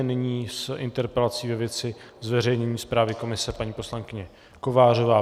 Nyní s interpelací ve věci zveřejnění zprávy Komise paní poslankyně Kovářová.